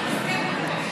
אז למה את מסתכלת עליי?